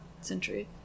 century